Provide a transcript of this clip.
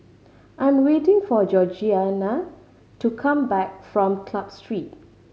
I am waiting for Georgianna to come back from Club Street